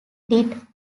did